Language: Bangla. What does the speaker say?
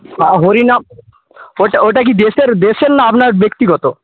হ্যাঁ হরিনাম ওটা ওটা কি দেশের দেশের না আপনার ব্যক্তিগত